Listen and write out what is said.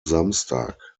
samstag